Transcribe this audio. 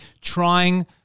trying